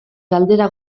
galdera